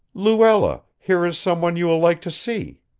luella, here is some one you will like to see.